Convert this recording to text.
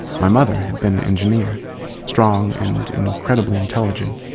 my mother had been an engineer strong and incredibly intelligent.